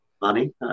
money